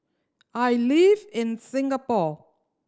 I live in Singapore